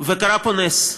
וקרה פה נס.